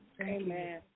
amen